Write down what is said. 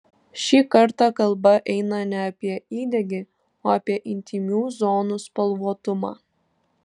šį kartą kalba eina ne apie įdegį o apie intymių zonų spalvotumą